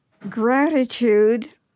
gratitude